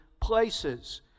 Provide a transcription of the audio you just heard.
places